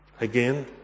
Again